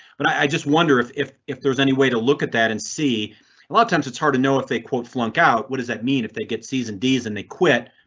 but i just wonder if if there's any way to look at that and see a lot of times it's hard to know if they quote flunk out. what does that mean? if they get season dies and they quit,